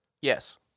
Yes